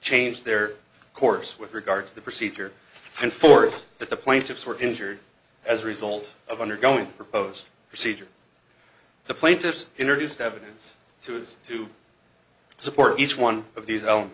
changed their course with regard to the procedure and for that the plaintiffs were injured as a result of undergoing a proposed procedure the plaintiffs introduced evidence to is to support each one of these